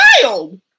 child